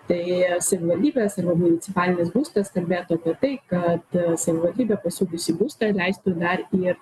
tai savivaldybės arba municipalinis būstas kalbėtų apie tai kad savivaldybė pasiūliusi būstą leistų dar ir